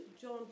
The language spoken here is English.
John